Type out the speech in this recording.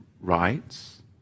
rights